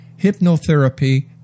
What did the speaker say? hypnotherapy